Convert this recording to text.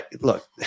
look